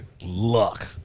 Luck